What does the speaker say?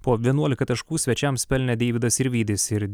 po vienuolika taškų svečiams pelnė deividas sirvydis ir